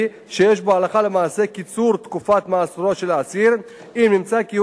שיש בו הלכה למעשה קיצור תקופת מאסרו של האסיר אם נמצא כי הוא